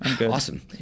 Awesome